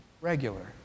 regular